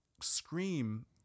scream